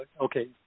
okay